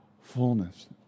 fullness